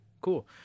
cool